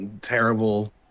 terrible